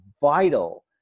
vital